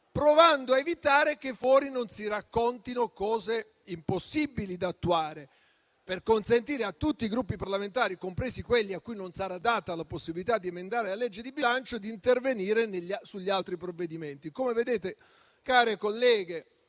provando a evitare che fuori non si raccontino cose impossibili da attuare, per consentire a tutti i Gruppi parlamentari, compresi quelli a cui non sarà data la possibilità di emendare la legge di bilancio, di intervenire sugli altri provvedimenti. Come vedete, care colleghe